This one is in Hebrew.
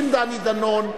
אם דני דנון,